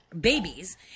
babies